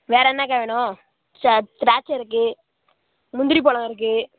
வேற என்னக்கா வேணும் திராட்சை இருக்கு முந்திரிப் பழம் இருக்கு